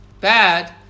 Bad